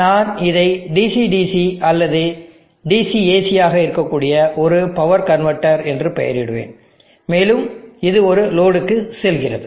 எனவே நான் இதை DC DC அல்லது DC AC யாக இருக்கக்கூடிய ஒரு பவர் கன்வெர்ட்டர் என்று பெயரிடுவேன் மேலும் இது ஒரு லோடுக்கு செல்கிறது